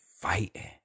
Fighting